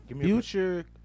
Future